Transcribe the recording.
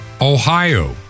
Ohio